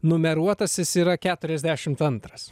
numeruotasis yra keturiasdešimt antras